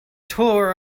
tore